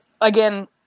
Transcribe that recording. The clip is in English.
again